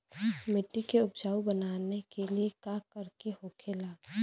मिट्टी के उपजाऊ बनाने के लिए का करके होखेला?